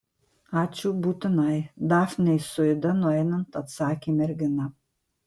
ačiū būtinai dafnei su ida nueinant atsakė mergina